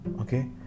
okay